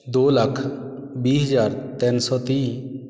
ਦੋ ਲੱਖ ਵੀਹ ਹਜਾਰ ਤਿੰਨ ਸੌ ਤੀਹ